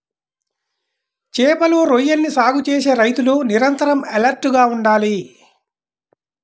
చేపలు, రొయ్యలని సాగు చేసే రైతులు నిరంతరం ఎలర్ట్ గా ఉండాలి